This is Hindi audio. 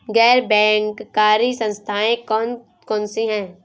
गैर बैंककारी संस्थाएँ कौन कौन सी हैं?